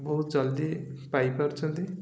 ବହୁତ ଜଲ୍ଦି ପାଇପାରୁଛନ୍ତି